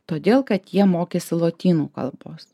todėl kad jie mokėsi lotynų kalbos